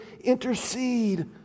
intercede